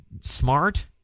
smart